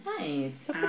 Nice